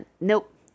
Nope